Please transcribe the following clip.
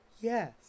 Yes